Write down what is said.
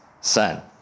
son